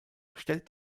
stellt